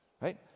right